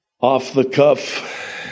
off-the-cuff